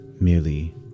merely